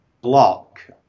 block